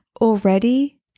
Already